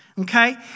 Okay